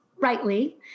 rightly